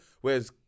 Whereas